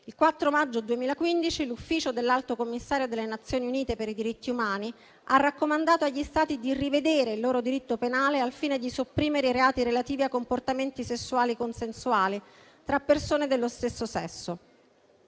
Il 4 maggio 2015 l'ufficio dell'Alto commissario delle Nazioni Unite per i diritti umani ha raccomandato agli Stati di rivedere il loro diritto penale al fine di sopprimere i reati relativi a comportamenti sessuali consensuali tra persone dello stesso sesso,